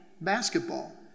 basketball